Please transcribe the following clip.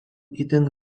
itin